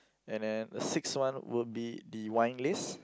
and then the sixth one will be the wine list